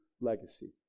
legacy